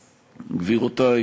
גבירותי,